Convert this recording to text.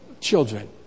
children